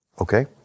Okay